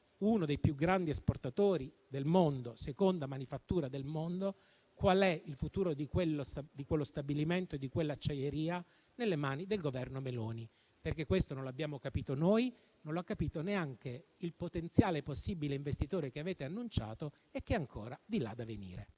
uno dei più grandi esportatori del mondo, seconda manifattura del mondo, qual è il futuro di quello stabilimento e di quella acciaieria nelle mani del Governo Meloni, perché questo non l'abbiamo capito noi e non l'ha capito neanche il potenziale investitore che avete annunciato e che è ancora di là da venire.